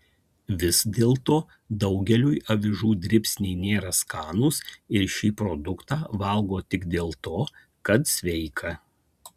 vis dėlto daugeliui avižų dribsniai nėra skanūs ir šį produktą valgo tik dėl to kad sveika